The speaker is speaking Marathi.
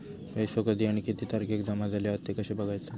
पैसो कधी आणि किती तारखेक जमा झाले हत ते कशे बगायचा?